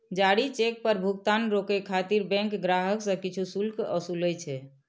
जारी चेक पर भुगतान रोकै खातिर बैंक ग्राहक सं किछु शुल्क ओसूलै छै